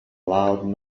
loud